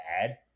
bad